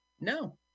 No